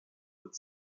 with